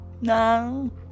no